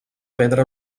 pedra